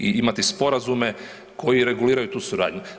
I imati sporazume koji reguliraju tu suradnju.